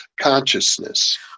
consciousness